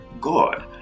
God